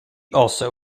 also